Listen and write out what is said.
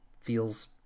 feels